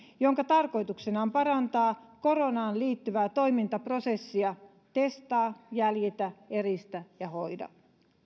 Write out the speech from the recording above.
jonka tarkoituksena on parantaa koronaan liittyvää toimintaprosessia testaa jäljiltä eristä ja hoida